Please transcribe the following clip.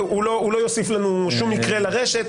הוא לא יוסיף לנו שום מקרה לרשת.